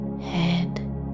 head